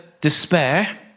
despair